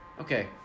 okay